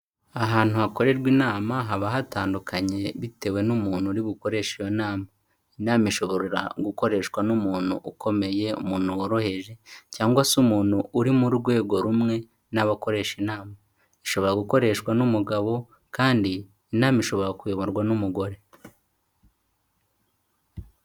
Ahantu hakorerwa inama, haba hatandukanye bitewe n'umuntu uri bukoreshe iyo nama, inama ishobora gukoreshwa n'umuntu ukomeye, umuntu woroheje cyangwa se umuntu uri mu rwego rumwe n'abo akoresha inama. Ishobora gukoreshwa n'umugabo kandi inama ishobora kuyoborwa n'umugore.